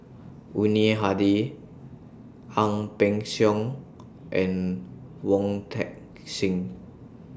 Yuni Hadi Ang Peng Siong and Wong Heck Sing